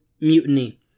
mutiny